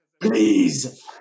Please